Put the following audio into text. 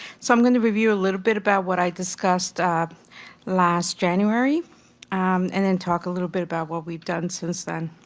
so i'm going to review a little bit about what i discussed last january and then talk a little bit about what we've done since then.